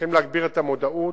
צריכים להגביר את המודעות.